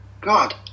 God